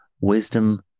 wisdom